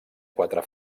quatre